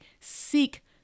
seek